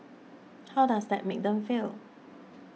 how does that make them feel